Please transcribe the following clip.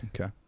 Okay